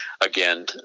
again